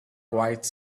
quite